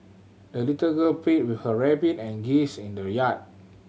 the little girl played with her rabbit and geese in the yard